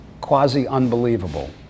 quasi-unbelievable